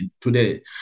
today